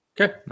Okay